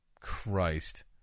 Christ